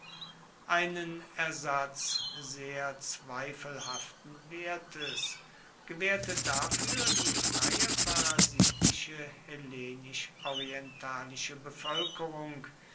einen ersatz sehr zweifelhaften wertes gewährte dafür die freie parasitische hellenisch orientalische bevölkerung